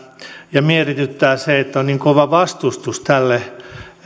ja mietityttää se että on niin kova vastustus tälle